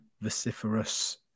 vociferous